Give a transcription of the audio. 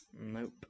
Nope